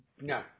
No